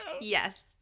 yes